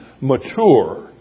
mature